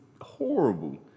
horrible